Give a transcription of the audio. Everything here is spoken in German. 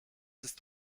ist